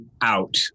out